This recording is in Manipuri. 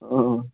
ꯑꯥ ꯑꯥ